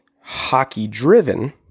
hockey-driven